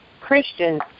Christians